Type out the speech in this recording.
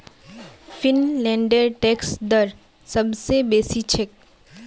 फिनलैंडेर टैक्स दर सब स बेसी छेक